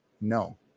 no